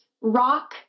rock